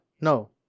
No